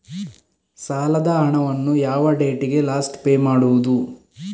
ಸಾಲದ ಹಣವನ್ನು ಯಾವ ಡೇಟಿಗೆ ಲಾಸ್ಟ್ ಪೇ ಮಾಡುವುದು?